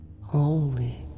Holy